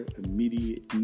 immediate